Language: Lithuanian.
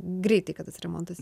greitai kad tas remontas